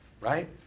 right